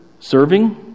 Serving